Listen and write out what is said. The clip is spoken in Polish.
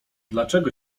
dlaczego